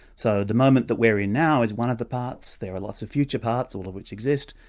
so the moment that we're in now, is one of the parts, there are lots of future parts, all of which exist,